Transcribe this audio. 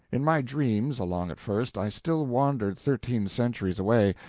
in my dreams, along at first, i still wandered thirteen centuries away,